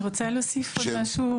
אני רוצה להוסיף עוד משהו,